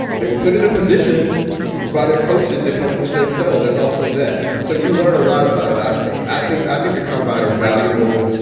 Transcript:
they were put in a position by their coaches that helped them to excel. there's also that. so you learn a lot about it, i think. i think i think the combine is valuable.